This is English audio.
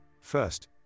first